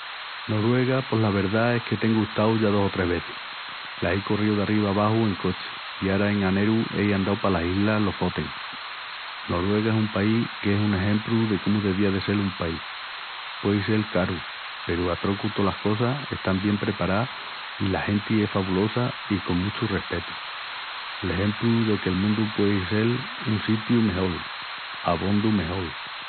Noruega pos la verdá es que tengu estau ya dos o tres vezis. La ei corríu d'arriba abaxu en cochi i ara en Aneru ei andau palas Islas Lofoten. Noruega es un país qu'es un exempru de cómu devía de sel un país. Puei sel caru peru a trocu tolas cosas están bien preparás i la genti es fabulosa i con muchu respetu. L'exempru de qu'el mundu puei sel un sitiu mejol, abondu mejol.